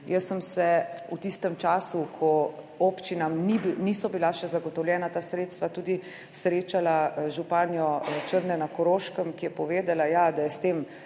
Jaz sem se v tistem času, ko občinam niso bila še zagotovljena ta sredstva, tudi srečala z županjo Črne na Koroškem, ki je povedala, ja, da je s tem